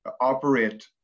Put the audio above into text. operate